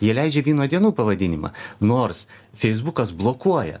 jie leidžia vyno dienų pavadinimą nors feisbukas blokuoja